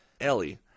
Ellie